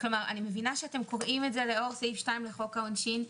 אני מבינה שאתם קוראים את זה לאור סעיף 2 לחוק העונשין,